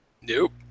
nope